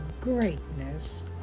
greatness